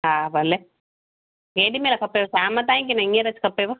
हा भले केॾीमहिल खपेव शाम ताईं की न हींअर खपेव